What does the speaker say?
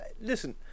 listen